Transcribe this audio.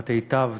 את היטבת